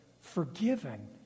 forgiven